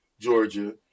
Georgia